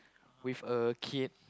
with a kid